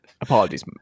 Apologies